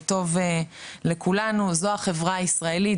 זה טוב לכולנו וזו החברה הישראלי.